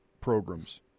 programs